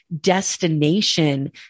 destination